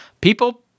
People